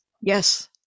Yes